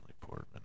Portman